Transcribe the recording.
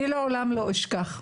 אני לעולם לא אשכח.